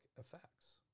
effects